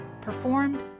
performed